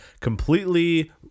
completely